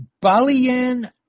Balian